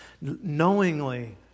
knowingly